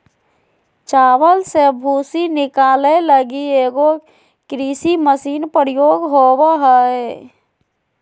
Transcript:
चावल से भूसी निकाले लगी एगो कृषि मशीन प्रयोग होबो हइ